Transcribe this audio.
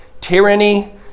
Tyranny